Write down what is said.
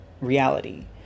reality